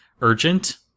urgent